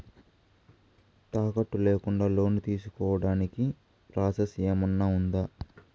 తాకట్టు లేకుండా లోను తీసుకోడానికి ప్రాసెస్ ఏమన్నా ఉందా?